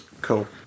Cool